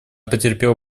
потерпела